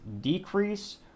decrease